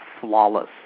flawless